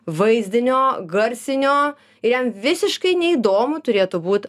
vaizdinio garsinio jam visiškai neįdomu turėtų būt